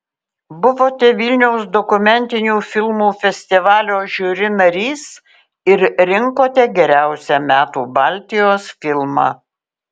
buvote vilniaus dokumentinių filmų festivalio žiuri narys ir rinkote geriausią metų baltijos filmą